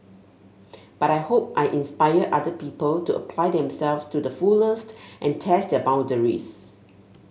but I hope I inspire other people to apply themselves to the fullest and test their boundaries